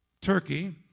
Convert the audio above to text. Turkey